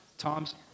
Tom's